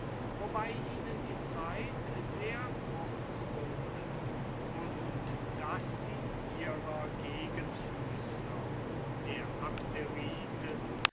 wobei ihnen die zeit sehr kurz wurde und daß sie ihrer gegenfüßler der